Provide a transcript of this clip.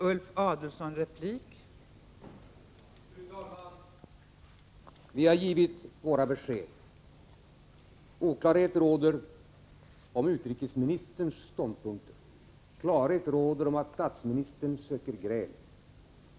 Fru talman! Vi har gett våra besked. Oklarhet råder om utrikesministerns ståndpunkter. Klarhet råder om att statsministern söker gräl.